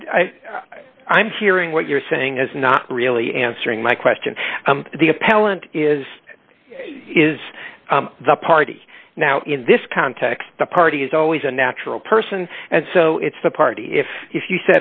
i'm hearing what you're saying is not really answering my question the appellant is is the party now in this context the party is always a natural person and so it's the party if